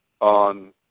on